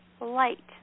light